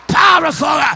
powerful